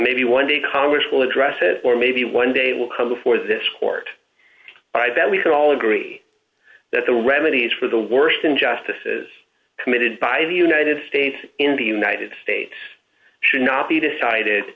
maybe one day congress will address it or maybe one day will come before this court that we can all agree that the remedies for the worst injustices committed by the united states in the united states should not be decided